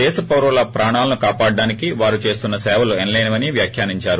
దేశ పౌరుల ప్రాణాలను కాపాడ్డానికి వారు చేస్తున్స సేవలు ఎనలోనివని వ్యాఖ్యానించారు